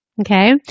Okay